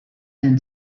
and